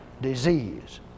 disease